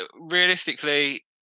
realistically